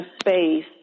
space